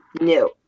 No